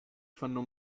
fanno